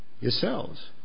yourselves